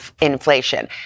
inflation